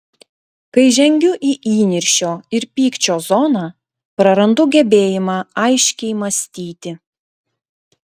kai žengiu į įniršio ir pykčio zoną prarandu gebėjimą aiškiai mąstyti